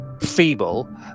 feeble